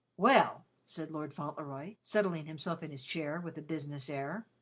well, said lord fauntleroy, settling himself in his chair with a business air,